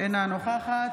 אינה נוכחת